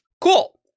Cool